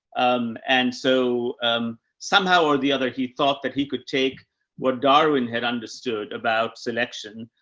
um, and so, um, somehow or the other, he thought that he could take what darwin had understood about selection,